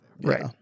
Right